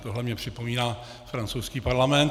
Tohle mně připomíná francouzský parlament.